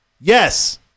Yes